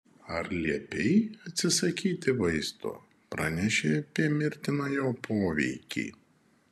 ar liepei atsisakyti vaisto pranešei apie mirtiną jo poveikį